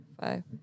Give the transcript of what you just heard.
five